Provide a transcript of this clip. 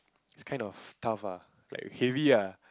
it's kind of tough ah like heavy ah